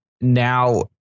now